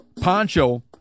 poncho